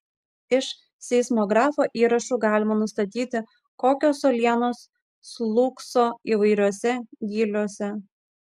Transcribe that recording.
iš seismografo įrašų galima nustatyti kokios uolienos slūgso įvairiuose gyliuose